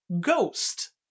Ghost